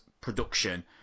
production